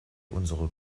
unserer